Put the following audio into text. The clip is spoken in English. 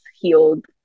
healed